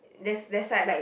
that's that's why like